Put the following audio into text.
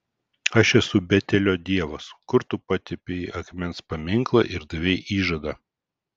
aš esu betelio dievas kur tu patepei akmens paminklą ir davei įžadą